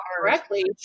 correctly